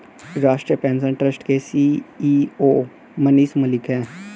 राष्ट्रीय pension trust के CEO Manish Malik है